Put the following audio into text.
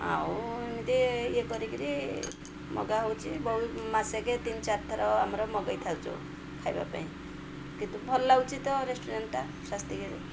ଆଉ ଏମିତି ଇଏ କରିକି ମଗା ହେଉଛି ବହୁତ ମାସକେ ତିନି ଚାରି ଥର ଆମର ମଗାଇଥାଉଛୁ ଖାଇବା ପାଇଁ କିନ୍ତୁ ଭଲ ଲାଗୁଛି ତ ରେଷ୍ଟୁରାଣ୍ଟଟା ସ୍ୱସ୍ତିକ